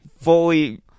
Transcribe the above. fully